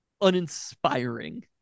uninspiring